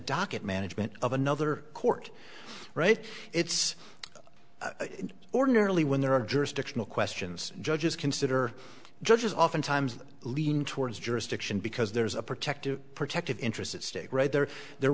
docket management of another court right it's ordinarily when there are jurisdictional questions judges consider judges oftentimes lean towards jurisdiction because there's a protective protective interests at stake right there they're